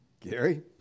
Gary